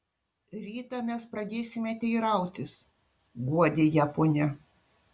rytą mes pradėsime teirautis guodė ją ponia